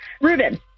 Reuben